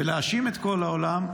להאשים את כל העולם,